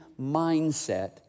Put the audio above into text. mindset